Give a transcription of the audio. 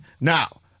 now